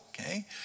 okay